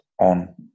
on